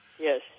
Yes